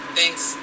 thanks